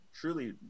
truly